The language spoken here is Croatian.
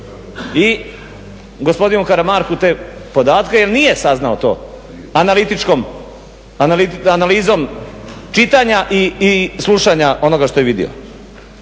i gospodinu Karamarku te podatke jer nije saznao to analizom čitanja i slušanja onoga što je vidio?